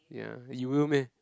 ya you will meh